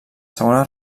segona